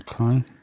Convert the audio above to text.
Okay